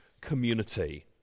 community